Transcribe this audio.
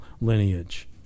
lineage